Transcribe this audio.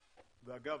ואגב,